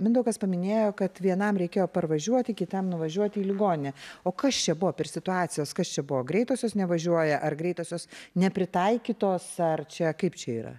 mindaugas paminėjo kad vienam reikėjo parvažiuoti kitam nuvažiuoti į ligoninę o kas čia buvo per situacijos kas čia buvo greitosios nevažiuoja ar greitosios nepritaikytos ar čia kaip čia yra